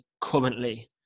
currently